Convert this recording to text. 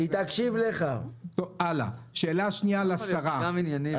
זה נכון התחנה המרכזית,